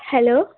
hello